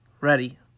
Ready